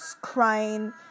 crying